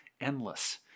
endless